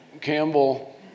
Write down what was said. campbell